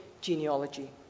genealogy